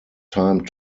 time